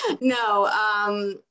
no